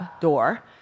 door